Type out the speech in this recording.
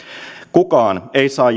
kukaan ei saa